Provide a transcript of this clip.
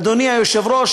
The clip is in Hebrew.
אדוני היושב-ראש,